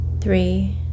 Three